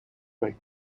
rate